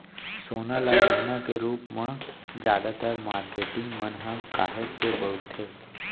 सोना ल गहना के रूप म जादातर मारकेटिंग मन ह काहेच के बउरथे